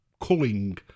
culling